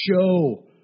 show